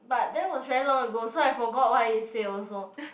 but that was very long ago so I forgot what he said also